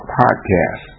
podcast